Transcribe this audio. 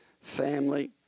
family